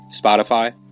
Spotify